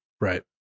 Right